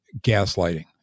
gaslighting